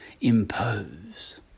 impose